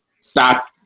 stop